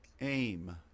aim